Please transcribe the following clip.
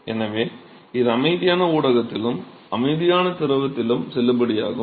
எனவே இது அமைதியான ஊடகத்திலும் அமைதியான திரவத்திலும் செல்லுபடியாகும்